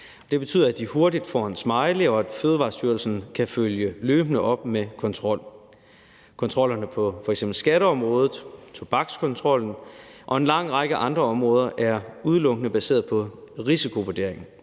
Det betyder, at de hurtigt får en smiley, og at Fødevarestyrelsen løbende kan følge op med kontrol. Kontrollerne på f.eks. skatteområdet, tobakskontrollen og på en lang række andre områder er udelukkende baseret på risikovurdering.